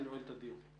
אני נועל את הדיון.